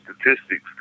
statistics